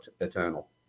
eternal